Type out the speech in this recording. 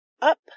up